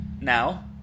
Now